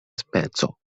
speco